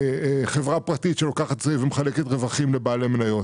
חברה פרטית שמחלקת רווחים לבעלי המניות.